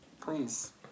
please